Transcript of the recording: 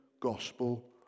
gospel